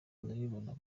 ndabibona